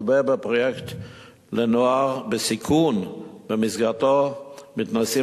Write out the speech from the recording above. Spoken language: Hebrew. מדובר בפרויקט לנוער בסיכון שבמסגרתו מתנסים